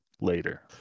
later